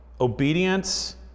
obedience